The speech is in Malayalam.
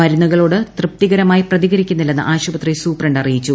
മരു്ന്നു്കളോട് തൃപ്തികരമായി പ്രതികരിക്കുന്നില്ലെന്ന് ആശുപത്രി ്സൂപ്രപണ്ട് അറിയിച്ചു